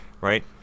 Right